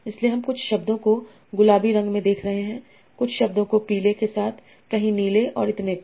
इसलिए हम कुछ शब्दों को गुलाबी रंग में देख रहे हैं कुछ शब्दों को पीले के साथ कहीं नीले और इतने पर